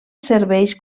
serveix